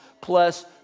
plus